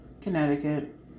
Connecticut